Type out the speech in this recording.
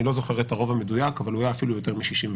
אני לא זוכר את הרוב המדויק אבל הוא היה אפילו יותר מ-61,